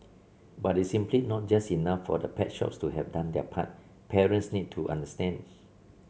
but it's simply not just enough for the pet shops to have done their part parents need to understand